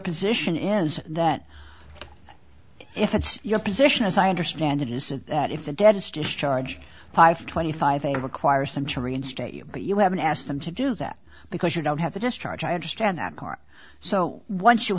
position is that if it's your position as i understand it is that if the deadest is charge five twenty five they require some to reinstate you but you haven't asked them to do that because you don't have to discharge i understand that car so once you